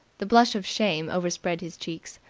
the blush of shame overspread his cheeks.